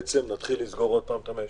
שנתחיל לסגור עוד פעם את המשק,